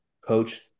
coach